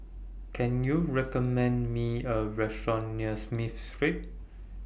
Can YOU recommend Me A Restaurant near Smith Street